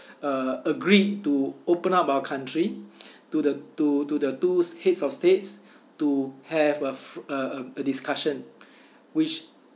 uh agreed to open up our country to the to to the two heads of states to have a f~ a um a discussion which